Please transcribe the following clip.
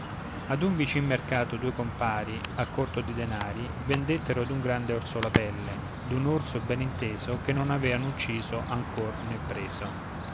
un vicin mercato due compari a corto di denari vendettero d'un grande orso la pelle d'un orso ben inteso che non aveano ucciso ancor né preso